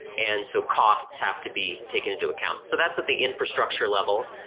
and so costs have to be taken into account. so that's at the infrastructure level.